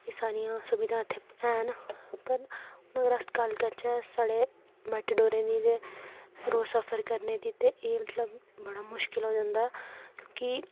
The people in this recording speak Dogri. एह् सारियां सुविधां इत्थै हैन पर मगर अस गल्ल करचै साढ़े मैटाडोरें दी ते रोज सफर करने दी ते एह् मतलब बड़ा मुश्कल हो जंदा क्योंकि